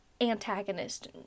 antagonist